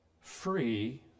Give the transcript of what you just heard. free